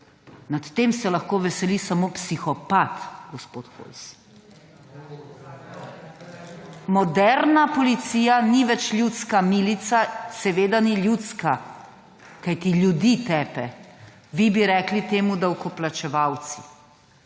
Nad tem se lahko veseli samo psihopat, gospod Hojs. Moderna policija ni več ljudska milica, seveda ni ljudska, kajti ljudi tepe, vi bi rekli temu davkoplačevalci,